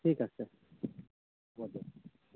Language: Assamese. ঠিক আছে হ'ব দিয়ক